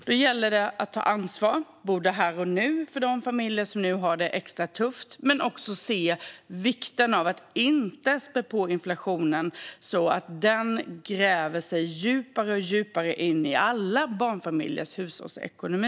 Det gäller att ta ansvar här och nu för de familjer som nu har det extra tufft och även se vikten av att inte spä på inflationen så att den gräver sig djupare och djupare in i alla barnfamiljers hushållsekonomi.